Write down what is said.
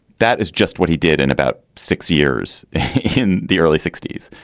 that is just what he did in about six years in the early sixty s.